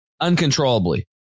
uncontrollably